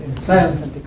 science